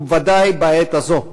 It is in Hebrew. ובוודאי בעת הזו,